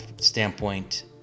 standpoint